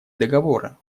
договора